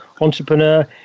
entrepreneur